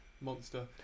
monster